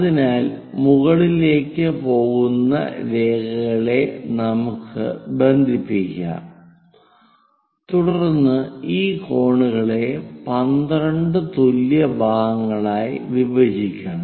അതിനാൽ മുകളിലേക്ക് പോകുന്ന രേഖകളെ നമുക്ക് ബന്ധിപ്പിക്കാം തുടർന്ന് ഈ കോണുകളെ 2 തുല്യ ഭാഗങ്ങളായി വിഭജിക്കണം